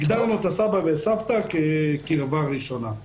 הגדרנו את סבא וסבתא כקרבה ראשונה.